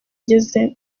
ngeze